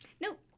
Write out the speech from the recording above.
Nope